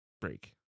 break